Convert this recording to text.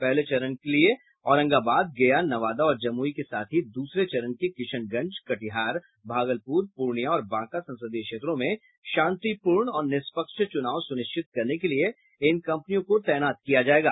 पहले चरण के औरंगाबाद गया नवादा और जमुई के साथ ही दूसरे चरण के किशनगंज कटिहार भागलपुर पूर्णिया और बांका संसदीय क्षेत्रों में शांतिपूर्ण और निष्पक्ष चुनाव सुनिश्चित करने के लिए इन कंपनियों को तैनात किया जायेगा